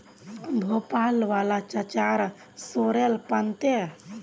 भोपाल वाला चाचार सॉरेल पत्ते